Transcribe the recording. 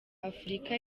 afurika